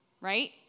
right